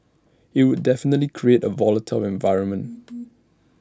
IT would definitely create A volatile environment